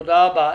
תודה רבה.